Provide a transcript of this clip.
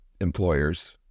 employers